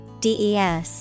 DES